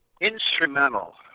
instrumental